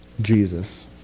Jesus